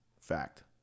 Fact